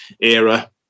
era